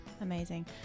Amazing